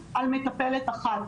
על מטפלת אחת.